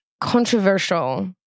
controversial